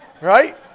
Right